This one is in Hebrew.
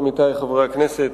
עמיתי חברי הכנסת,